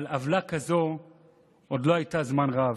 אבל עוולה כזאת עוד לא הייתה זמן רב.